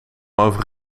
over